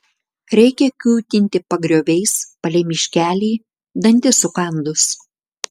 reikia kiūtinti pagrioviais palei miškelį dantis sukandus